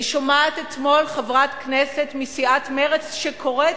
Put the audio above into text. אני שומעת אתמול חברת כנסת מסיעת מרצ שקוראת